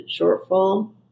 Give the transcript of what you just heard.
shortfall